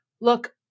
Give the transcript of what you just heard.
look